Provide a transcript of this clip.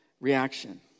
reaction